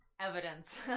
evidence